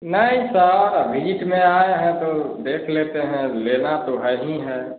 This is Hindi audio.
नहीं सर भिजिट में आए हैं तो देख लेते हैं लेना तो है ही है